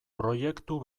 proiektu